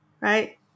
right